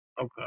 Okay